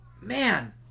man